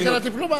הסגל הדיפלומטי.